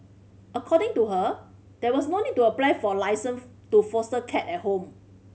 according to her there was no need to apply for licence to foster cat at home